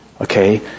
Okay